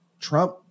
Trump